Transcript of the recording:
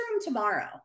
tomorrow